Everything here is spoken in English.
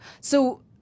So-